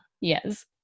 Yes